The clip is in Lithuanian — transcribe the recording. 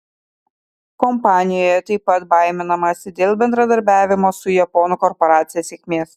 kompanijoje taip pat baiminamasi dėl bendradarbiavimo su japonų korporacija sėkmės